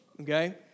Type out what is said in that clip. Okay